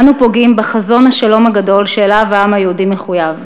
אנו פוגעים בחזון השלום הגדול שאליו העם היהודי מחויב.